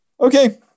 Okay